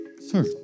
Sir